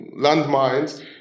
landmines